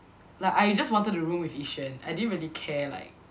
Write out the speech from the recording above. like I just wanted to room with Yi Xuan I didn't really care like